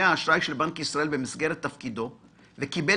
האשראי של בנק ישראל במסגרת תפקידו צפוי,